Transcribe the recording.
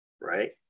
right